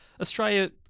Australia